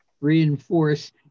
reinforce